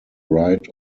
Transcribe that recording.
right